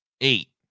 eight